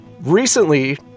recently